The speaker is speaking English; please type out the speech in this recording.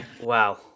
Wow